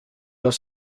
los